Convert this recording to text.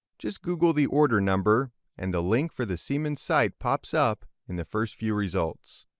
just google the order number and the link for the siemens site pops up in the first few results.